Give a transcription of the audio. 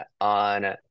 on